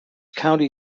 county